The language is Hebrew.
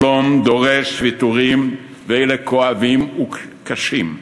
שלום דורש ויתורים ואלה כואבים וקשים.